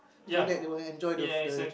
so that they will enjoy the the